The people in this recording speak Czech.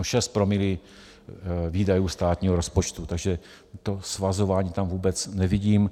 6 promile výdajů státního rozpočtu, takže to svazování tam vůbec nevidím.